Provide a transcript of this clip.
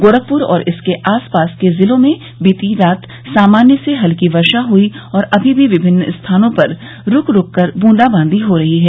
गोरखप्र और इसके आसपास के जिलों में बीती रात सामान्य से हल्की वर्षा हुई और अभी भी विभिन्न स्थानों पर रूक रूक कर ब्रंदाबादी हो रही है